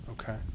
Okay